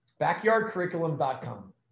backyardcurriculum.com